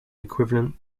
equivalent